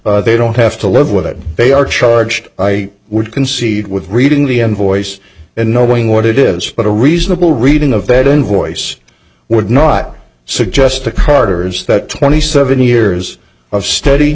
they don't have to live with it they are charged i would concede with reading the invoice and knowing what it is but a reasonable reading of that invoice would not suggest to carter's that twenty seven years of st